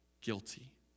guilty